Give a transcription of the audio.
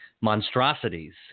monstrosities